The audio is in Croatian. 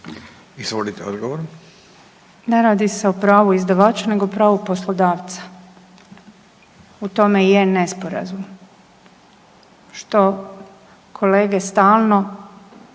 Nina (HDZ)** Ne radi se o pravu izdavača nego o pravu poslodavca, u tome i je nesporazum što kolege stalno